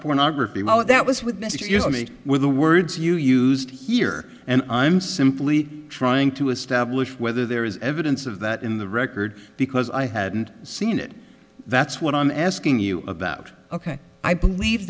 pornography how that was with mr you know me with the words you used here and i'm simply trying to establish whether there is evidence of that in the record because i hadn't seen it that's what i'm asking you about ok i believe